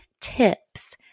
tips